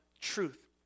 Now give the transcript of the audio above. truth